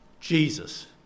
jesus